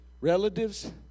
relatives